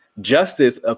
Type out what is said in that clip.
justice